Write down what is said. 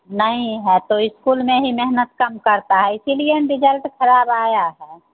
नहीं है तो इस्कूल में ही मेहनत कम करता है इसीलिए न रिजल्ट खराब आया है